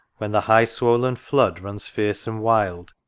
when the high-swoln flood runs fierce and wild,